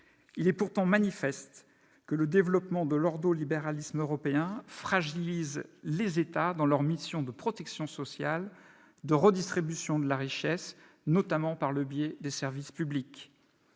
Il est pourtant manifeste que le développement de l'ordo-libéralisme européen fragilise les États dans leurs missions de protection sociale, de redistribution de la richesse, notamment par le biais des services publics.